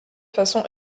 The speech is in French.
façon